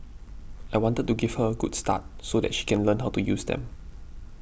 I wanted to give her a good start so that she can learn how to use them